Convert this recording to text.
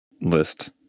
list